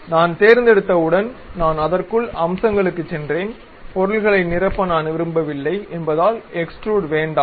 நான் தேர்ந்தெடுத்தவுடன் நான் அதற்குள் அம்சங்களுக்குச் சென்றேன் பொருள்களை நிரப்ப நான் விரும்பவில்லை என்பதால் எக்ஸ்டுரூட் வேண்டாம்